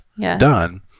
done